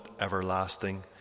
everlasting